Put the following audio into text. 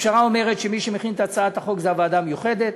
הפשרה אומרת שמכינה את הצעת החוק הוועדה המיוחדת,